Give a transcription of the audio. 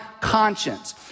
conscience